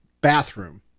bathroom